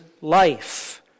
life